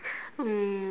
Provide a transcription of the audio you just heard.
um